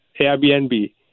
Airbnb